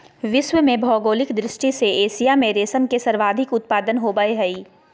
विश्व में भौगोलिक दृष्टि से एशिया में रेशम के सर्वाधिक उत्पादन होबय हइ